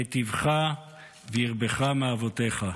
והיטיבך והרבך מאבותיך".